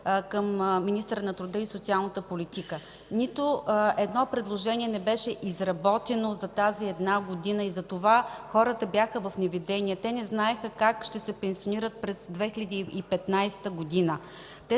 към министъра на труда и социалната политика? Нито едно предложение не беше изработено за тази една година, затова хората бяха в неведение. Те не знаеха как ще се пенсионират през 2015 г.